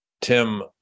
Tim